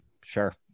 sure